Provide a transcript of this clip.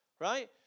right